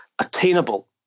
attainable